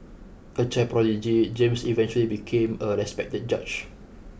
a child prodigy James eventually became a respected judge